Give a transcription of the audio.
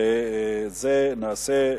ואת זה נעשה,